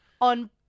on